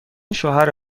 شوهر